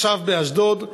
עכשיו באשדוד,